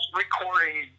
recording